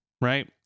right